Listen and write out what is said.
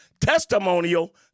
testimonial